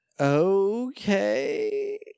okay